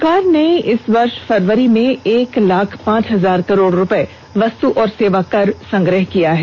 सरकार ने इस वर्ष फरवरी में एक लाख पांच हजार करोड़ रुपये वस्तु और सेवा कर संग्रह किया है